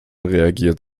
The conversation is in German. reagiert